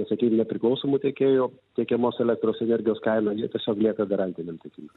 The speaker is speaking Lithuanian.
sakykim nepriklausomų tiekėjų tiekiamos elektros energijos kaina jie tiesiog lieka garantiniam tiekime